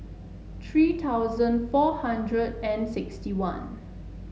three thousand four hundred and sixty one